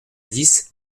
dix